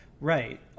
Right